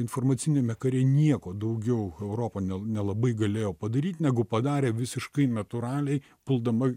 informaciniame kare nieko daugiau europa nelabai galėjo padaryt negu padarė visiškai natūraliai puldama